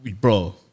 bro